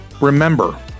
Remember